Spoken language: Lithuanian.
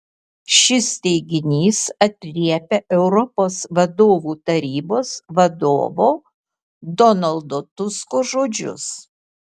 šis teiginys atliepia europos vadovų tarybos vadovo donaldo tusko žodžius